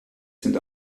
sind